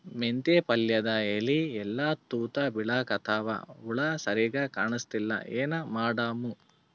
ಮೆಂತೆ ಪಲ್ಯಾದ ಎಲಿ ಎಲ್ಲಾ ತೂತ ಬಿಳಿಕತ್ತಾವ, ಹುಳ ಸರಿಗ ಕಾಣಸ್ತಿಲ್ಲ, ಏನ ಮಾಡಮು?